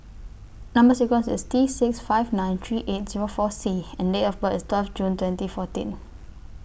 Number sequence IS T six five nine three eight Zero four C and Date of birth IS twelve June twenty fourteen